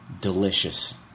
delicious